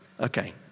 okay